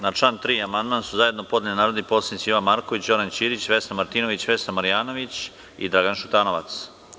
Na član 3. amandman su zajedno podneli narodni poslanici Jovan Marković, Goran Ćirić, Vesna Martinović, Vesna Marjanović i Dragan Šutanovac.